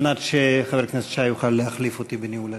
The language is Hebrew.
כדי שחבר הכנסת שי יוכל להחליף אותי בניהול הדיון.